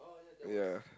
ya